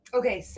okay